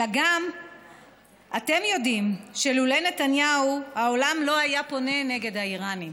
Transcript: אלא גם אתם יודעים שלולא נתניהו העולם לא היה פונה נגד האיראנים.